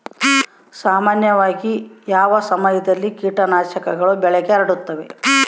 ಸಾಮಾನ್ಯವಾಗಿ ಯಾವ ಸಮಯದಲ್ಲಿ ಕೇಟನಾಶಕಗಳು ಬೆಳೆಗೆ ಹರಡುತ್ತವೆ?